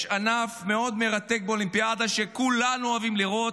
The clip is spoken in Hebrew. יש ענף מאוד מרתק באולימפיאדה שכולנו אוהבים לראות,